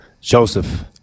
Joseph